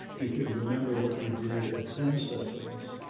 you could remember what you did at ten seconds.